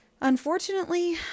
Unfortunately